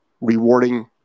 rewarding